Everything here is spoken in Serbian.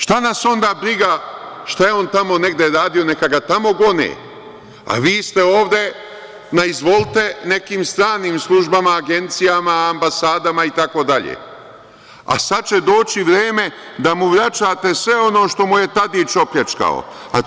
Šta nas onda briga šta je on tamo negde radio, neka ga tamo gone, a vi ste ovde na "izvolite" nekim stranim službama, agencijama, ambasadama i tako dalje, a sad će doći vreme da mu vraćate sve ono što mu je Tadić opljačkao.